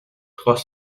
trois